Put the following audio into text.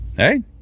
Hey